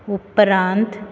उपरांत